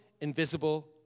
invisible